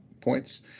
points